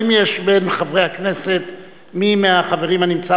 האם יש בין חברי הכנסת מי מהחברים הנמצא